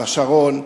בשרון.